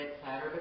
platter